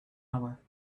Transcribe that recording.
hour